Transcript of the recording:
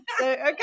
Okay